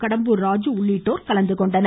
கடம்பூர் ராஜு உள்ளிட்டோர் கலந்து கொண்டனர்